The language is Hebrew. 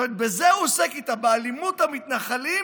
בזה הוא עוסק איתה, באלימות המתנחלים,